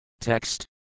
Text